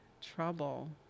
trouble